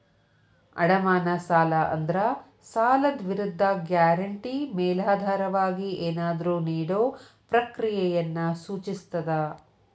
ಅಡಮಾನ ಸಾಲ ಅಂದ್ರ ಸಾಲದ್ ವಿರುದ್ಧ ಗ್ಯಾರಂಟಿ ಮೇಲಾಧಾರವಾಗಿ ಏನಾದ್ರೂ ನೇಡೊ ಪ್ರಕ್ರಿಯೆಯನ್ನ ಸೂಚಿಸ್ತದ